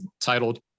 titled